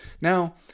Now